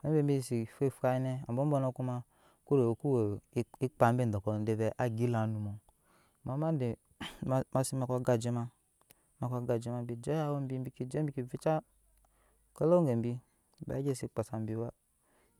amma bebeh sesi faa efaai ne ambowbownɔ kuma kuwe ekpaa be dɔkɔ vɛɛ wa gyelan numɔ ma si neke agajema agajema bike je ayawo bike vija gebibagyi si kpaasa biba.